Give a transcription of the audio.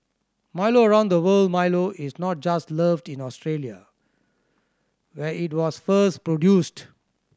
Milo around the world Milo is not just loved in Australia where it was first produced